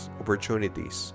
opportunities